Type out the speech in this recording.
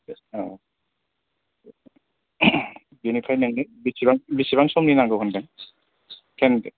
औ बेनिफ्राय नोंनि बेसेबां बेसेबां समनि नांगौ होनदों टेन